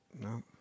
No